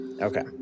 Okay